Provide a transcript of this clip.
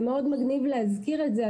זה מאוד מגניב להזכיר את זה,